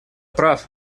прав